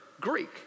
Greek